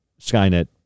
Skynet